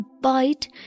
bite